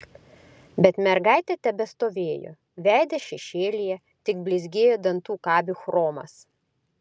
bet mergaitė tebestovėjo veidas šešėlyje tik blizgėjo dantų kabių chromas